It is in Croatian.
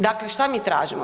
Dakle, što mi tražimo?